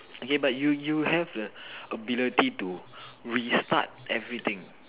okay but you you have the ability to restart everything